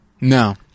No